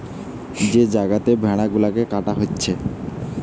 যে জাগাতে ভেড়া গুলাকে কাটা হচ্ছে